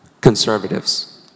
conservatives